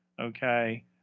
okay